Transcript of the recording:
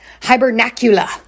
hibernacula